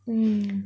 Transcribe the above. mm